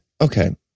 okay